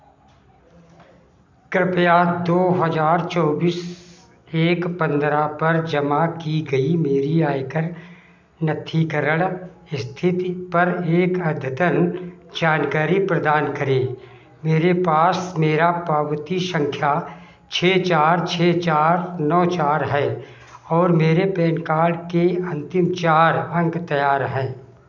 कृपया दो हज़ार चौबीस एक पंद्रह पर जमा की गई मेरी आयकर नत्थीकरण स्थिति पर एक अद्यतन जानकारी प्रदान करें मेरे पास मेरा पावती संख्या छः चार छः चार नौ चार है और मेरे पैन कार्ड के अंतिम चार अंक तैयार हैं